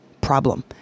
problem